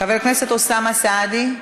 חבר הכנסת אוסאמה סעדי,